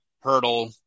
Hurdle